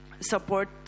support